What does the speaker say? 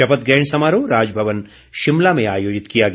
शपथ ग्रहण समारोह राजभवन शिमला में आयोजित किया गया